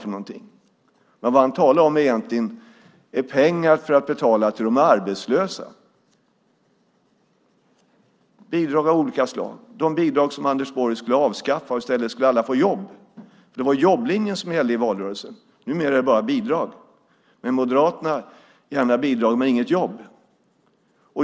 Det han egentligen talar om är pengar för att betala till de arbetslösa, bidrag av olika slag, de bidrag som Anders Borg skulle avskaffa. I stället skulle alla få jobb. Det var jobblinjen som gällde i valrörelsen. Numera är det bara bidrag. Med Moderaterna - gärna bidrag men inget jobb.